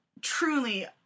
truly